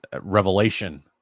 revelation